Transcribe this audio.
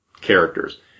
characters